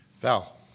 Val